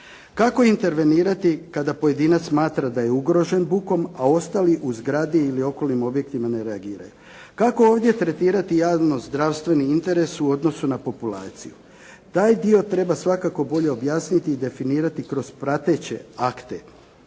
Kako intervenirati kada pojedinac smatra da je ugrožen bukom, a ostali u zgradi ili okolnim objektima ne reagiraju. Kako ovdje tretirati javno zdravstveni interes u odnosu na populaciju? Taj dio treba svakako bolje objasniti i definirati kroz prateće akte